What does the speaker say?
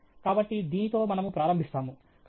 కాబట్టి దీనితో మనము ప్రారంభిస్తాము